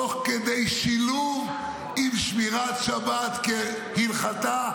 תוך כדי שילוב עם שמירת שבת כהלכתה,